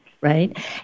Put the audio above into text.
right